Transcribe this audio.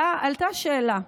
אז עלתה השאלה,